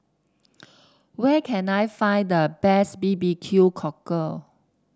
where can I find the best B B Q Cockle